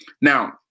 Now